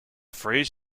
phrase